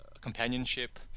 companionship